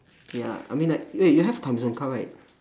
ya I mean that eh you have timezone card right